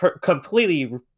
completely